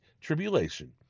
tribulation